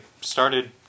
started